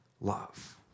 love